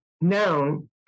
known